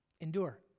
Endure